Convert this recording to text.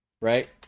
right